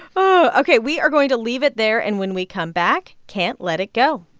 oh, ok. we are going to leave it there. and when we come back, can't let it go.